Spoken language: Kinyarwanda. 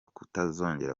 kutazongera